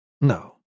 No